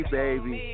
baby